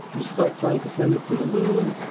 you start trying to send it to the moon,